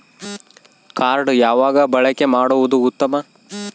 Card ಯಾವಾಗ ಬಳಕೆ ಮಾಡುವುದು ಉತ್ತಮ?